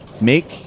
make